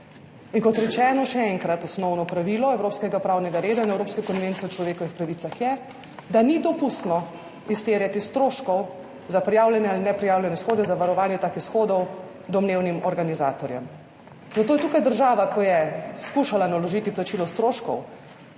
kot rečeno, še enkrat, osnovno pravilo evropskega pravnega reda in Evropske konvencije o človekovih pravicah je, da ni dopustno izterjati stroškov za prijavljene ali neprijavljene shode za varovanje takih shodov domnevnim organizatorjem. Zato je tukaj država, ko je skušala naložiti plačilo stroškov